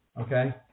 okay